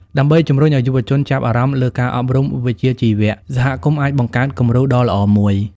ដើម្បីជំរុញឱ្យយុវជនចាប់អារម្មណ៍លើការអប់រំវិជ្ជាជីវៈ សហគមន៍អាចបង្កើតគំរូដ៏ល្អមួយ។